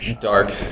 dark